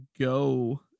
go